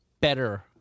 better